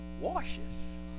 washes